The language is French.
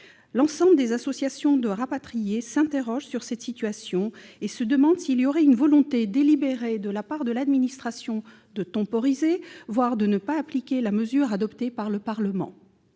L'ensemble des associations de rapatriés s'interrogent sur cette situation et se demandent s'il y aurait une volonté délibérée de la part de l'administration de temporiser, voire de ne pas appliquer la mesure adoptée par le Parlement.